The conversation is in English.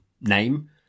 name